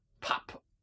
pop